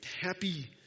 happy